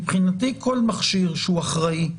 מבחינתי, כל מכשיר שהוא אחראי,